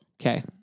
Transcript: Okay